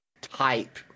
type